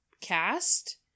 cast